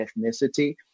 ethnicity